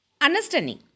understanding